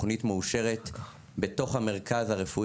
תוכנית מאושרת בתוך המרכז הרפואי,